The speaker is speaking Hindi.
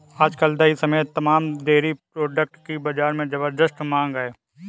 आज कल दही समेत तमाम डेरी प्रोडक्ट की बाजार में ज़बरदस्त मांग है